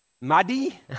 muddy